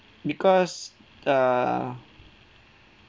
because err